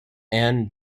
and